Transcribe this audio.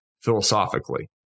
philosophically